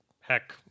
Heck